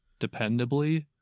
dependably